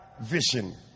vision